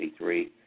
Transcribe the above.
1963